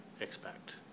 expect